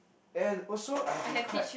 and also I have been quite